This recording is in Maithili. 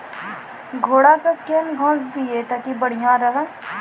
घोड़ा का केन घास दिए ताकि बढ़िया रहा?